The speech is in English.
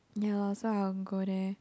ya lor so I want go there